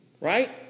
Right